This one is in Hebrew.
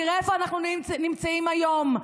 תראה איפה אנחנו נמצאים היום,